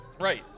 Right